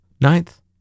Ninth